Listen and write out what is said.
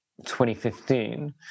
2015